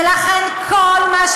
שלנו.